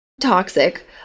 toxic